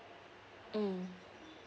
mm